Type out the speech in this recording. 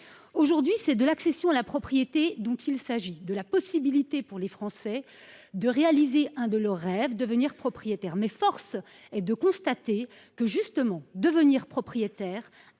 Aujourd’hui, c’est de l’accession à la propriété qu’il s’agit, de la possibilité pour les Français de réaliser l’un de leurs rêves : devenir propriétaire. Mais force est de constater que ce qui est l’un des principaux